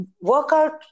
workout